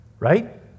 Right